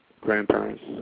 grandparents